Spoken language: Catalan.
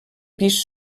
pis